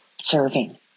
serving